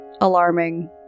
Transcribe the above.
alarming